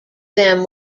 them